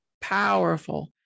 powerful